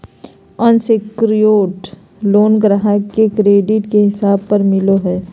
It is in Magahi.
अनसेक्योर्ड लोन ग्राहक के क्रेडिट के हिसाब पर मिलो हय